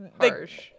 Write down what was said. harsh